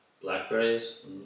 blackberries